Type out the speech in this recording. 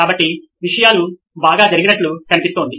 కాబట్టి విషయాలు బాగా జరిగినట్లు కనిపిస్తోంది